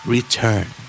Return